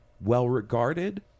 well-regarded